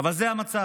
אבל זה המצב.